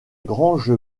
grange